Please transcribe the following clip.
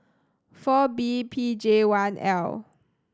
four B P J one L